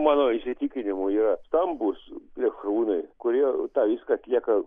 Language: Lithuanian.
mano įsitikinimu yra stambūs plėšrūnai kurie tą viską atlieka